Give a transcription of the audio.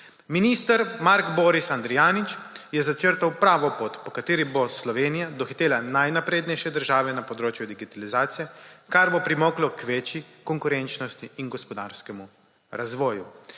Minister Mark Boris Andrijanič je začrtal pravo pot, po kateri bo Slovenija dohitela najnaprednejše države na področju digitalizacije, kar bo pripomoglo k večji konkurenčnosti in gospodarskemu razvoju.